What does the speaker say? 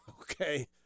okay